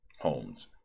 homes